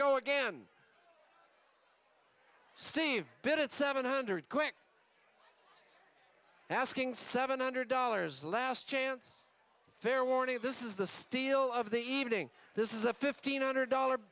go again steve bit seven hundred quid asking seven hundred dollars last chance fair warning this is the steal of the evening this is a fifteen hundred dollar